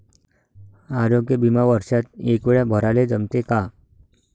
आरोग्य बिमा वर्षात एकवेळा भराले जमते का?